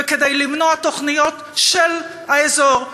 וכדי למנוע תוכניות של האזור,